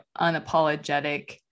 unapologetic